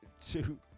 two